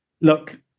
look